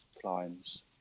climbs